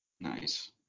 Nice